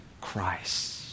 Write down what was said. Christ